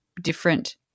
different